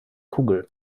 kugel